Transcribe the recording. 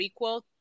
prequel